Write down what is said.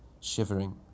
shivering